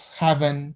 heaven